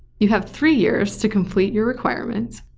you have three years to complete your requirements.